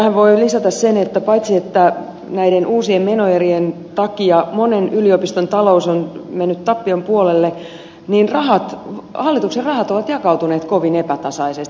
tähän voi lisätä sen että paitsi että näiden uusien menoerien takia monen yliopiston talous on mennyt tappion puolelle hallituksen rahat ovat jakautuneet kovin epätasaisesti